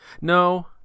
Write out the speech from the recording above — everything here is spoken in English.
No